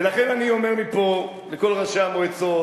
ולכן אני אומר מפה לכל ראשי המועצות,